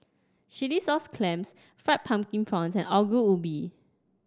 Chilli Sauce Clams Fried Pumpkin Prawns and Ongol Ubi